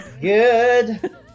Good